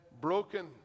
broken